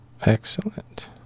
Excellent